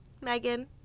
Megan